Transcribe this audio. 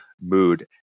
mood